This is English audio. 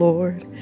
Lord